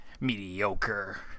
Mediocre